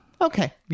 Okay